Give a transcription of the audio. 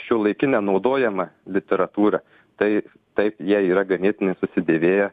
šiuolaikinę naudojamą literatūrą tai taip jie yra ganėtinai susidėvėję